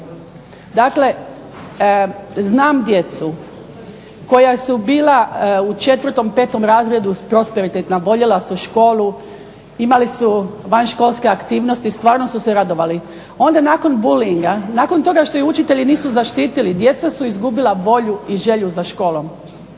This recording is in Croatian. Dakle, znam djecu koja su bila u četvrtom, petom razredu prosperitetna, voljela su školu, imali su vanškolske aktivnosti, stvarno su se radovali. Onda nakon bulinga, nakon toga što ih učitelji nisu zaštitili djeca su izgubila volju i želju za školom.